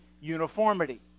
uniformity